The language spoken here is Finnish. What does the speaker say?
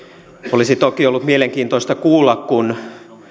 olisi toki ollut mielenkiintoista kuulla kun